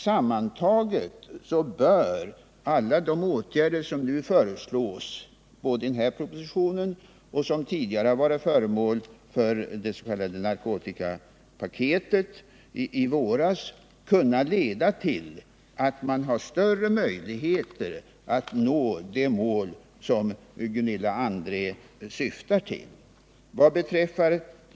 Sammantagna bör de åtgärder som nu föreslås i propositionen och de som föreslogs i det s.k. narkotikapaketet i våras kunna leda till större möjligheter att nå det mål som Gunilla André anger.